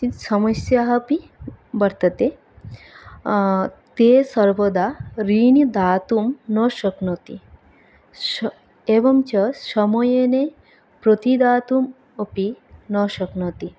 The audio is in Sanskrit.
किञ्च समस्याः अपि वर्तन्ते ते सर्वदा ऋणं दातुं न शक्नोति एवञ्च समये न प्रतिदातुम् अपि न शक्नोति